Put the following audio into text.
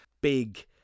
big